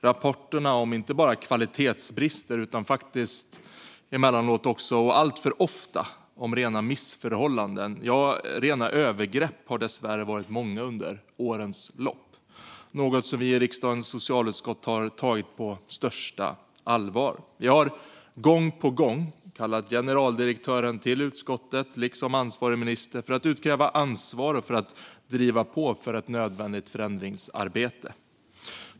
Rapporterna om inte bara kvalitetsbrister utan också alltför ofta rena missförhållanden och övergrepp har dessvärre varit många under årens lopp. Det är något som vi i riksdagens socialutskott har tagit på största allvar. Vi har gång på gång kallat generaldirektör och ansvarig minister till utskottet för att utkräva ansvar och för att driva på för ett nödvändigt förändringsarbete.